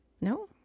No